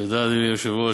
תודה, אדוני היושב-ראש.